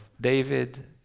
David